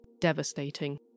devastating